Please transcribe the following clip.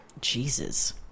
Jesus